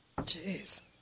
Jeez